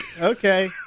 okay